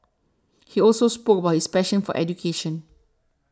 he also spoke about his passion for education